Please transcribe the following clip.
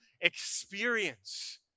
experience